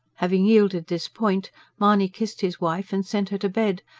having yielded this point mahony kissed his wife and sent her to bed,